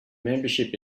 membership